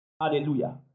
Hallelujah